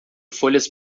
folhas